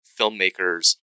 filmmakers